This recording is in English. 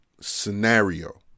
scenario